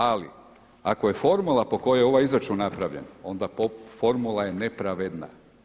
Ali ako je formula po kojoj je ovaj izračun napravljen, onda formula je nepravedna.